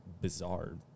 bizarre